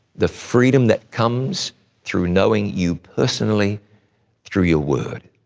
the freedom that comes through knowing you personally through your word.